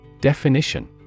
Definition